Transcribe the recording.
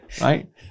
Right